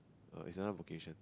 err is another vocation